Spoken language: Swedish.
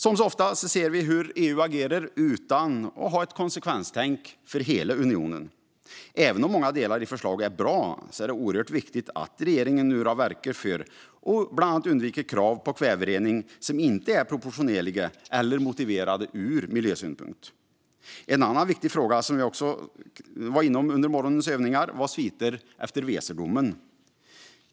Som så ofta ser vi hur EU agerar utan att ha ett konsekvenstänk för hela unionen. Även om många delar i förslaget är bra är det oerhört viktigt att regeringen nu verkar för att bland annat undvika krav på kväverening som inte är proportionerliga eller motiverade ur miljösynpunkt. En annan viktig fråga som vi också var inne på under morgonens övningar var sviter efter Weserdomen.